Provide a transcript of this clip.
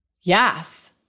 Yes